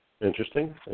Interesting